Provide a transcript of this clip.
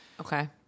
Okay